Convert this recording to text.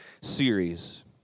series